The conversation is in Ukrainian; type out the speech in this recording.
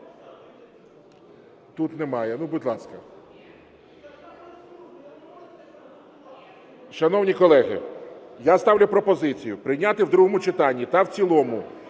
Тут немає. Ну, будь ласка. Шановні колеги, я ставлю пропозицію прийняти в другому читанні та в цілому